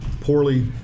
poorly